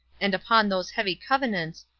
and upon those heavy covenants,